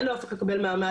אין לו אופק לקבל מעמד,